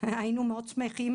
היינו מאוד שמחים